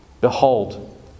Behold